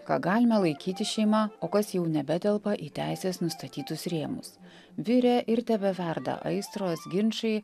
ką galime laikyti šeima o kas jau nebetelpa į teisės nustatytus rėmus virė ir tebeverda aistros ginčai